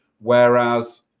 Whereas